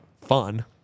Fun